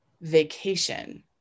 vacation